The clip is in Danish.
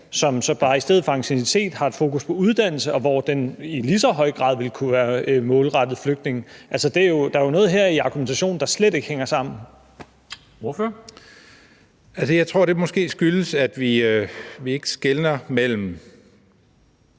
så bare i stedet for anciennitet har et fokus på uddannelse, hvor den i lige så høj grad ville kunne være målrettet flygtninge. Altså, der er jo noget her i argumentationen, der slet ikke hænger sammen. Kl. 16:21 Formanden (Henrik Dam Kristensen):